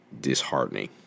disheartening